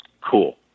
cool